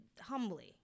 humbly